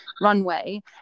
runway